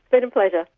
been a pleasure.